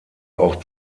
auch